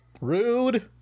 Rude